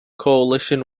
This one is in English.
coalition